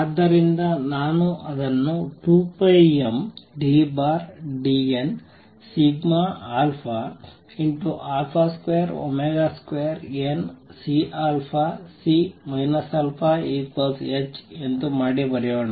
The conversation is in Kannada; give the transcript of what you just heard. ಆದ್ದರಿಂದ ನಾನು ಅದನ್ನು 2πmddn22CC αh ಎಂದು ಮಾಡಿ ಬರೆಯೋಣ